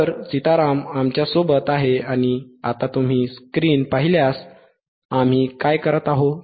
तर सीताराम आमच्यासोबत आहेत आणि आता तुम्ही स्क्रीन पाहिल्यास आम्ही काय करत आहोत